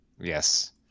Yes